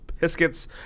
biscuits